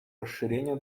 расширение